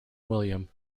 william